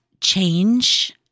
change